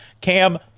Cam